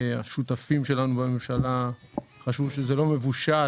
השותפים שלנו בממשלה חשבו שזה לא מבושל